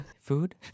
food